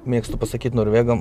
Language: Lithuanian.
mėgstu pasakyt norvegam